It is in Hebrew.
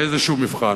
איזשהו מבחן.